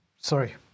Sorry